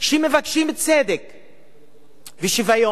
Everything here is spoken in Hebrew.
שמבקשים צדק ושוויון.